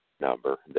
number